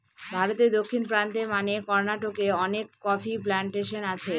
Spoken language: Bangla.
ভারতে দক্ষিণ প্রান্তে মানে কর্নাটকে অনেক কফি প্লানটেশন আছে